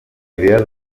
idea